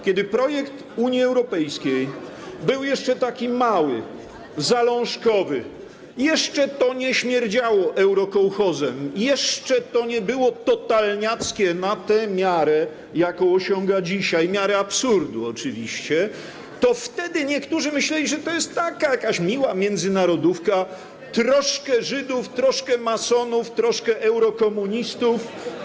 Kiedy projekt Unii Europejskiej był jeszcze mały, zalążkowy, jeszcze to nie śmierdziało eurokołchozem, jeszcze to nie było totalniackie na tę miarę, jaką osiąga dzisiaj, miarę absurdu oczywiście, wtedy niektórzy myśleli, że to jest jakaś miła międzynarodówka troszkę Żydów, troszkę masonów, troszkę eurokomunistów.